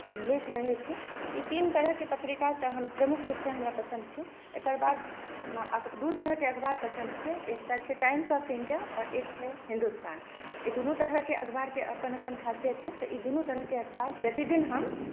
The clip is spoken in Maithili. लेख रहैत छै ई तीन तरहके पत्रिका तऽ हम प्रमुख रूपसँ हमरा पसन्द छै एकर बाद दू तरहके अखबार पसन्द छै एकटा छै टाइम्स ऑफ इण्डिया आओर एक छै हिन्दुस्तान एहि दुनू तरहके अखबारके अपन अपन खासियत छै तऽ ई दुनू तरहके अखबार प्रतिदिन हम